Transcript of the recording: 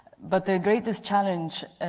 but the greatest challenge